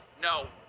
no